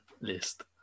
list